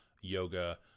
yoga